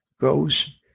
goes